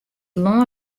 lân